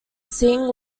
scene